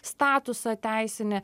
statusą teisinį